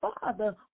father